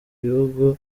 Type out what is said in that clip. bihugu